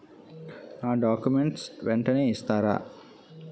నా డాక్యుమెంట్స్ వెంటనే ఇస్తారా?